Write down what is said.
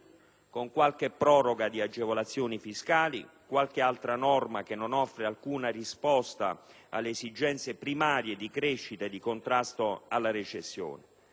con qualche proroga di agevolazione fiscale, qualche altra norma che non offre alcuna risposta alle esigenze primarie di crescita e di contrasto alla recessione.